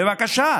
בבקשה,